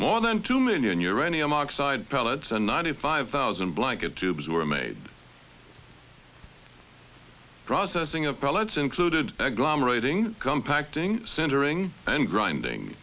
more than two million uranium oxide pellets and ninety five thousand blanket tubes were made processing of pellets included agglomerate ing compacting centering and grinding